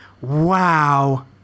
Wow